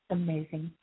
amazing